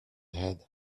head